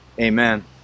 amen